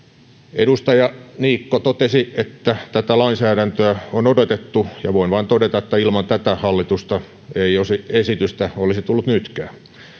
edustaja niikko totesi että tätä lainsäädäntöä on odotettu ja voin vain todeta että ilman tätä hallitusta ei esitystä olisi tullut nytkään